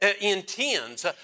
intends